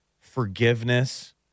forgiveness